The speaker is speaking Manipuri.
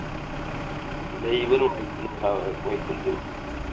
ꯃꯣꯏ ꯈꯨꯟꯗꯨ